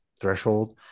threshold